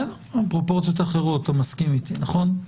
הפרופורציות אחרות, אתה מסכים איתי, נכון?